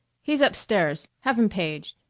he's up-stairs have him paged.